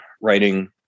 writing